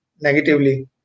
negatively